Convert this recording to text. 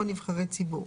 או נבחרי ציבור.